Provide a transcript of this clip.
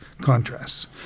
contrasts